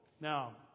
Now